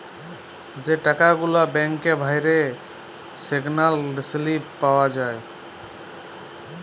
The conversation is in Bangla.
যে টাকা গুলা ব্যাংকে ভ্যইরে সেগলার সিলিপ পাউয়া যায়